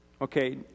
Okay